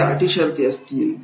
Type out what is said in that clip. कोणत्या अटीशर्ती असतील